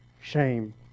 shame